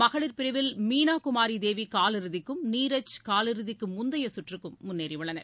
மகளிர் பிரிவில் மீனாகுமாரி தேவி காலிறுதிக்கும் நீரஜ் காலிறுதிக்கு முந்தைய சுற்றுக்கும் முன்னேறி உள்ளனர்